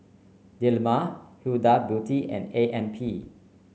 Dilmah Huda Beauty and A M P